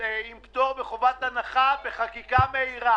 פטור מחובת הנחה בחקיקה מהירה.